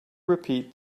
repeat